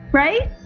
right?